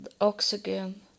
oxygen